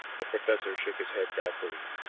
the professor shook his head doubtfully.